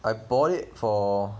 I bought it for